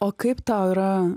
o kaip tau yra